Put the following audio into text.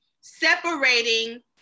separating